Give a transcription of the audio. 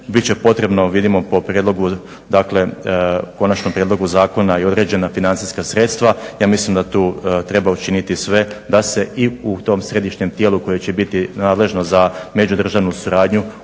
će potrebno vidimo po prijedlogu dakle po konačnom prijedlogu zakona i određena financijska sredstva. Ja mislim da tu treba učiniti sve da se i u tom središnjem tijelu koje će biti nadležno za međudržavnu suradnju